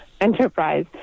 enterprise